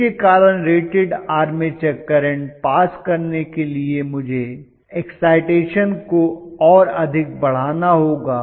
जिसके कारण rated armature current pass करने के लिए मुझे एक्साइटेशन को और अधिक बढ़ाना होगा